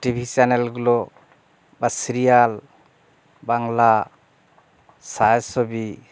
TV চ্যানেলগুলো বা serial Bangla ছায়াছবি